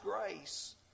grace